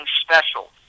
special